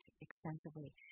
extensively